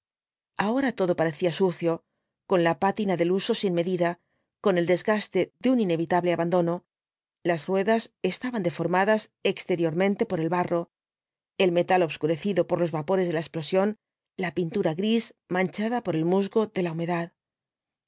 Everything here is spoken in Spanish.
ahora todo parecía sucio con la pátina del uso sin medida con el desgaste de un inevitable abandono las ruedas estaban deformadas exteriormente por el barro el metal obscurecido por los vapores de la explosión la pintura gris manchada por el musgo de la humedad